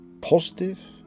positive